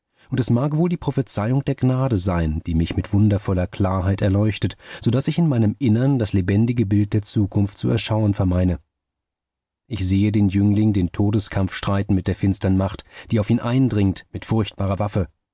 und es mag wohl die prophezeiung der gnade sein die mich mit wundervoller klarheit erleuchtet so daß ich in meinem innern das lebendige bild der zukunft zu erschauen vermeine ich sehe den jüngling den todeskampf streiten mit der finstern macht die auf ihn eindringt mit furchtbarer waffe